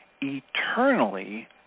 eternally